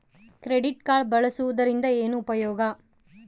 Credit card ಬಳಸುವದರಿಂದ ಏನು ಉಪಯೋಗ?